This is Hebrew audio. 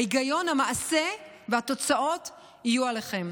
ההיגיון, המעשה והתוצאות יהיו עליכם.